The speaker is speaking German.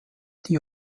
die